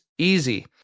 Easy